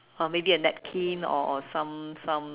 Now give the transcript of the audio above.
or maybe a napkin or or some some